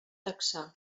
taxar